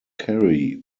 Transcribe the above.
carey